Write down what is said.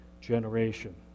generation